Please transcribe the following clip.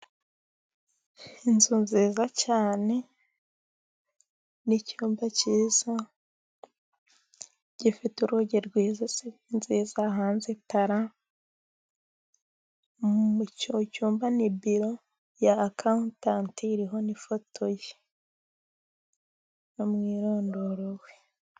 Inzu nziza cyane, n'icyumba cyiza gifite urugi rwiza, hanze itara, muri icyo cyumba ni ibiro bya akawuntanti iriho n'ifoto ye n'umwirondoro we.